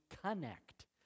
connect